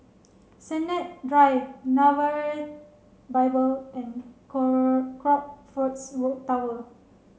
Sennett Drive Nazareth Bible and Crockfords Tower